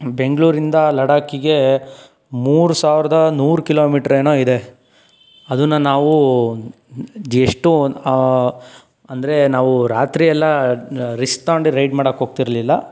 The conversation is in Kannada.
ಬೆಂಗಳೂರಿಂದ ಲಡಾಕಿಗೆ ಮೂರು ಸಾವಿರದ ನೂರು ಕಿಲೋಮೀಟ್ರ್ ಏನೋ ಇದೆ ಅದನ್ನ ನಾವೂ ಜಷ್ಟು ಅಂದರೆ ನಾವು ರಾತ್ರಿಯೆಲ್ಲ ರಿಸ್ಕ್ ತಗೊಂಡು ರೈಡ್ ಮಾಡೋಕ್ಕೆ ಹೋಗ್ತಿರ್ಲಿಲ್ಲ